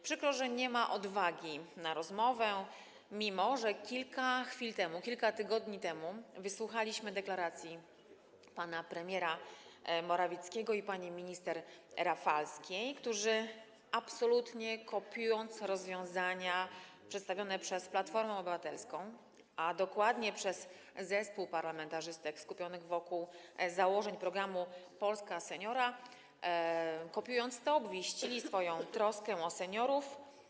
Przykro, że nie ma odwagi do rozmowy, mimo że kilka chwil temu, kilka tygodni temu wysłuchaliśmy deklaracji pana premiera Morawieckiego i pani minister Rafalskiej, którzy absolutnie kopiując rozwiązania przedstawione przez Platformę Obywatelską, a dokładnie przez zespół parlamentarzystek skupionych wokół założeń programu „Polska seniora”, obwieścili swoją troskę o seniorów.